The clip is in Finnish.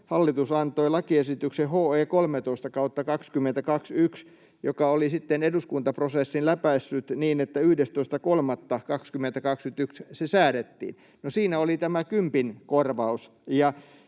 hallitus antoi lakiesityksen HE 13/2021, joka oli sitten eduskuntaprosessin läpäissyt niin, että 11.3.2021 se säädettiin. Siinä oli tämä kympin korvaus,